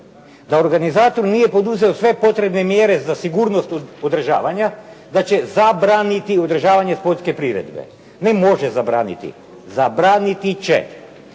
da organizator nije poduzeo sve potrebne mjere za sigurnost održavanja da će zabraniti održavanje sportske priredbe. Ne «može zabraniti». «Zabraniti će».